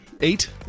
eight